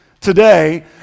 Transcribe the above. today